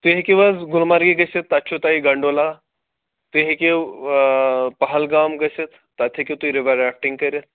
تُہۍ ہیٚکو حظ گُلمرگہِ گٔژھِتھ تَتہِ چھُو تۄہہِ گَنٛڈولا تُہۍ ہیٚکِو پہلگام گٔژھِتھ تَتہِ ہیٚکِو تُہۍ رِوَر رافٹِنٛگ کٔرِتھ